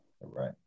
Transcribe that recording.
Right